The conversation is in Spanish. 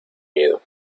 miedo